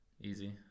Easy